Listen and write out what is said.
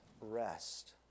rest